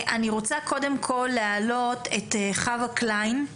אני רוצה קודם כל להעלות את חווה קליין,